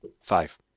Five